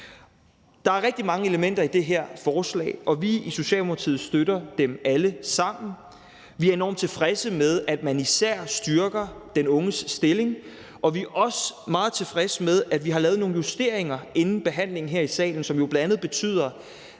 Der er rigtig mange elementer i det her forslag, og vi i Socialdemokratiet støtter dem alle sammen. Vi er især enormt tilfredse med, at man styrker den unges stilling, og vi er også meget tilfredse med, at vi har lavet nogle justeringer inden behandlingen her i salen, som jo bl.a. betyder,